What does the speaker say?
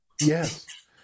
yes